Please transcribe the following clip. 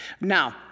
Now